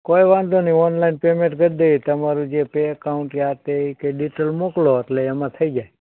કોઇ વાંધો નહીં ઓનલાઇન પેમેન્ટ કરી દઇએ તમારું જે પે એકાઉન્ટ કે આ તે એ કે ડિટેલ મોકલો એટલે એમાં થઈ જાય